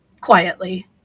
quietly